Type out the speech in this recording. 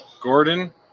Gordon